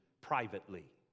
privately